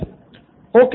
professor okay